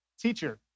teacher